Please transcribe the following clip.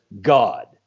God